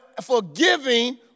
forgiving